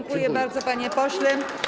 Dziękuję bardzo, panie pośle.